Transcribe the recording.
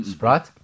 right